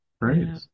Right